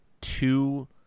two